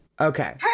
Okay